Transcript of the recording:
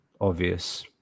obvious